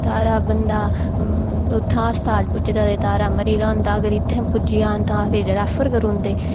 तारा बंदा अस्पताल उत्थै अस्पताल पुजदा तां तारा मरी गेदा होंदा अगर इत्थै पुज्जी जान तां रैफर करी ओड़दे